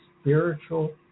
spiritual